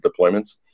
deployments